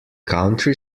country